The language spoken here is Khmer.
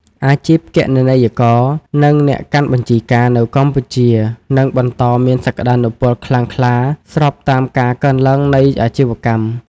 អាជីពគណនេយ្យករ និងអ្នកកាន់បញ្ជីការនៅកម្ពុជា នឹងបន្តមានសក្តានុពលខ្លាំងក្លាស្របតាមការកើនឡើងនៃអាជីវកម្ម។